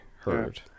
heard